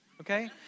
okay